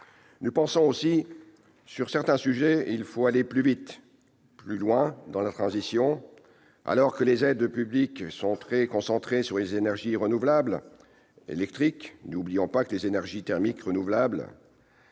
Nous pensons aussi que, sur certains sujets, il faut aller plus vite et plus loin dans la transition : alors que les aides publiques sont très concentrées sur les énergies renouvelables électriques, n'oublions pas les énergies thermiques renouvelables.